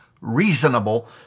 reasonable